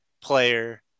player